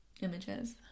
Images